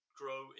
grow